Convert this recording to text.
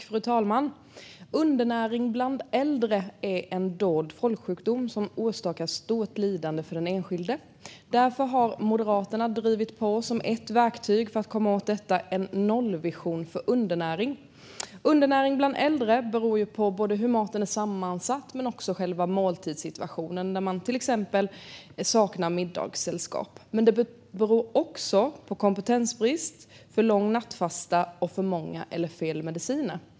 Fru talman! Undernäring bland äldre är en dold folksjukdom som orsakar stort lidande för den enskilde. Som ett verktyg för att komma åt detta har Moderaterna drivit på för en nollvision för undernäring. Undernäring bland äldre beror på hur maten är sammansatt men också själva måltidssituationen, till exempel att man saknar middagssällskap. Men det beror också på kompetensbrist, för lång nattfasta och för många eller fel mediciner.